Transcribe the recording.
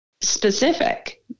specific